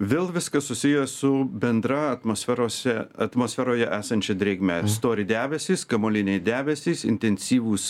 vėl viskas susiję su bendra atmosferose atmosferoje esančia drėgme stori debesys kamuoliniai debesys intensyvūs